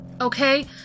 Okay